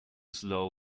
slow